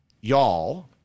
y'all